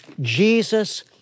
Jesus